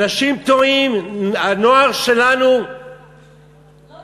אנשים טועים, הנוער שלנו מנותק.